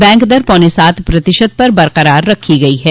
bank दर पौने सात प्रतिशत पर बरकरार रखी गई है